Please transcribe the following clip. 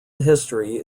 history